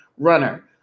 runner